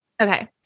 okay